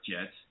Jets